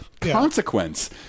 consequence